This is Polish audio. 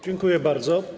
Dziękuję bardzo.